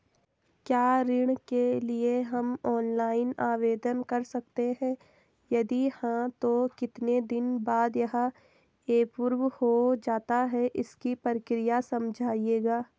क्या ऋण के लिए हम ऑनलाइन आवेदन कर सकते हैं यदि हाँ तो कितने दिन बाद यह एप्रूव हो जाता है इसकी प्रक्रिया समझाइएगा?